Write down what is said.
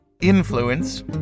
influence